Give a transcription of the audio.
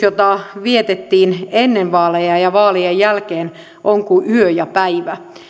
joita vietettiin ennen vaaleja ja ja vaalien jälkeen ovat kuin yö ja päivä